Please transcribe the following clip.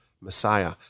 Messiah